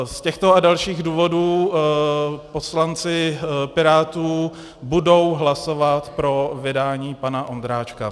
Z těchto a dalších důvodů poslanci Pirátů budou hlasovat pro vydání pana Ondráčka.